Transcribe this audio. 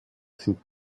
sind